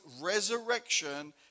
resurrection